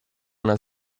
una